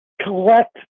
collect